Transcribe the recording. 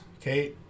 okay